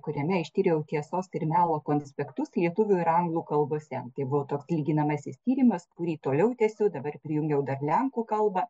kuriame ištyriau tiesos ir melo konspektus lietuvių ir anglų kalbose tai buvo toks lyginamasis tyrimas kurį toliau tęsiu dabar prijungiau dar lenkų kalbą